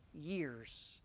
years